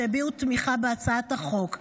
שהביעו תמיכה בהצעת חוק.